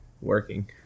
working